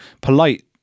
polite